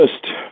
first